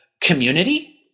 community